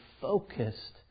focused